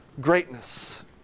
greatness